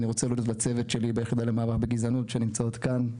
אני רוצה להודות לצוות שלי ביחידה למאבק בגזענות שנמצאות כאן,